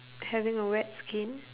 having a wet skin